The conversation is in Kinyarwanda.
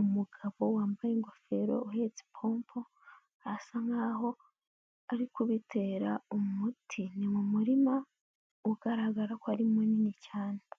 umugabo wambaye ingofero uhetse ipompo, arasa nk'aho ari kubitera umuti, ni mu murima ugaragara ko ari munini cyane.